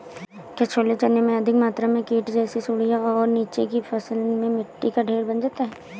क्या छोले चने में अधिक मात्रा में कीट जैसी सुड़ियां और नीचे की फसल में मिट्टी का ढेर बन जाता है?